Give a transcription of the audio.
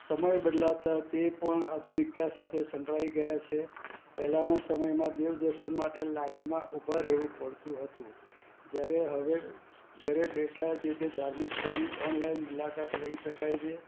સમય બદલાતા તે પણ આધુનિકતા સાથે સંકળાઈ ગયા છે પહેલાના સમયમાં દેવ દર્શન માટે લાઇનમાં ઊભા રેવું પળતું હતું જ્યારે હવે ઘરે બેઠા જેતે ધાર્મિક સ્થળની ઓનલાઈન મુલાકાત લઈ શકાય છે